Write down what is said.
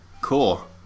Cool